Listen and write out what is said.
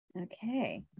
Okay